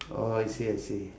oh I see I see